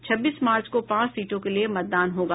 छब्बीस मार्च को पांच सीटों के लिये मतदान होगा